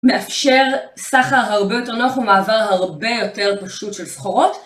מאפשר סחר הרבה יותר נוח ומעבר הרבה יותר פשוט של סחורות.